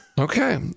Okay